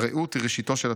"הרעות היא ראשיתו של התפר.